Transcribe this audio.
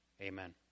Amen